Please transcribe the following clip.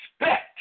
respect